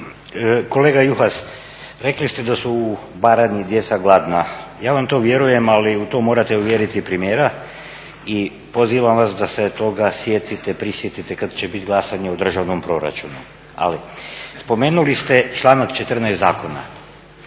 Kolega Juhas, rekli ste da su u Baranji djeca gladna. Ja vam u to vjerujem, ali u to morate uvjeriti premijera i pozivam vas da se toga sjetite, prisjetite kada će biti glasanje o državnom proračunu. Spomenuli ste članak 14.zakona,